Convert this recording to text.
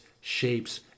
shapes